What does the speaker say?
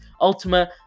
Ultima